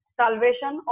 salvation